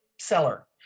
seller